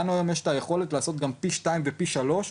לנו היום יש את היכולת לעשות גם פי שתיים ופי שלום,